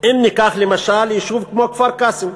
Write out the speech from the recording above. אם ניקח למשל יישוב כמו כפר-קאסם,